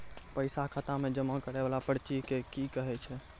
पैसा खाता मे जमा करैय वाला पर्ची के की कहेय छै?